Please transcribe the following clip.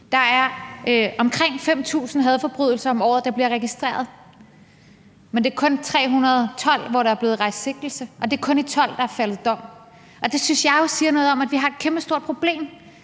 Der er omkring 5.000 hadforbrydelser om året, der bliver registreret, men det er kun 312 af dem, hvor der er blevet rejst sigtelse, og det er kun i 12 af dem, der er faldet dom. Det synes jeg jo siger noget om, at vi har et kæmpestort problem